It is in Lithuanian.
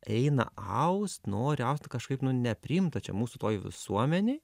eina aust nori aust tai kažkaip nu nepriimta čia mūsų toj visuomenėj